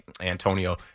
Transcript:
Antonio